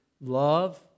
love